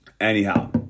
Anyhow